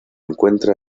encuentra